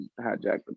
hijacked